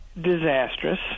disastrous